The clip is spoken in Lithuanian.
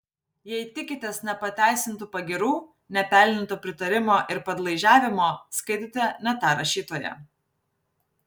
jei tikitės nepateisintų pagyrų nepelnyto pritarimo ir padlaižiavimo skaitote ne tą rašytoją